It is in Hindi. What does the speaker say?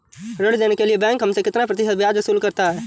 ऋण देने के लिए बैंक हमसे कितना प्रतिशत ब्याज वसूल करता है?